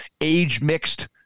age-mixed